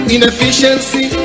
Inefficiency